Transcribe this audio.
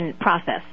process